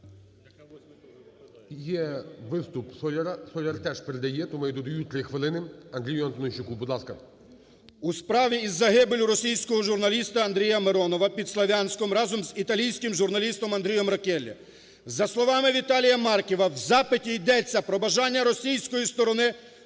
Є виступ Соляра. Соляр теж передає, тому я додаю 3 хвилини Андрію Антонищаку. Будь ласка. 10:20:41 АНТОНИЩАК А.Ф. У справі із загибеллю російського журналіста Андрія Миронова під Слов'янськом разом з італійським журналістом Андреа Роккеллі. За слова Віталія Марківа в запиті йдеться про бажання російської сторони